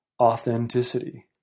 authenticity